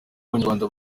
abanyarwanda